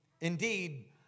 Indeed